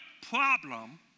problem